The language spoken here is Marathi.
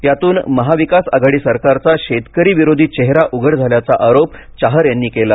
यातून महाविकास आघाडी सरकारचा शेतकरी विरोधी चेहरा उघड झाल्याचा आरोप चाहर यांनी केला